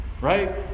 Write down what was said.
right